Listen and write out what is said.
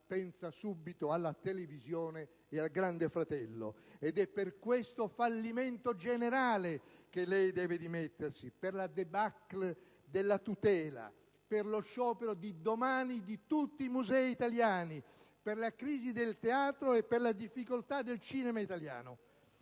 pensa subito alla televisione e al «Grande fratello». È per questo fallimento generale che lei deve dimettersi, per la *débâcle* della tutela, per lo sciopero di domani di tutti i musei italiani, per la crisi del teatro e per la difficoltà del cinema italiano.